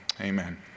amen